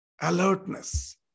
alertness